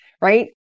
right